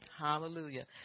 Hallelujah